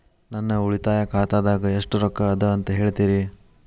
ನನ್ನ ಉಳಿತಾಯ ಖಾತಾದಾಗ ಎಷ್ಟ ರೊಕ್ಕ ಅದ ಅಂತ ಹೇಳ್ತೇರಿ?